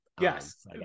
yes